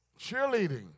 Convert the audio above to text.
Cheerleading